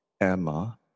Emma